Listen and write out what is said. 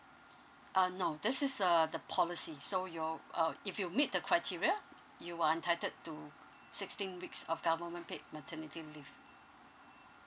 uh no this is uh the policy so your uh if you meet the criteria you are entitled to sixteen weeks of government paid maternity leave